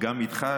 גם איתך,